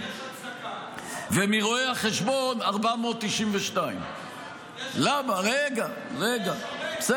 ומרואי החשבון 492. יש הצדקה.